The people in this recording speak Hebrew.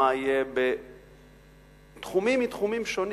ומה יהיה בתחומים מתחומים שונים?